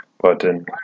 button